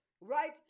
right